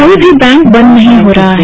कोई भी बैंक बंद नहीं हो रहा है